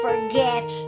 Forget